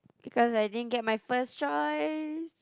because I didn't get my first choice